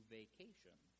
vacation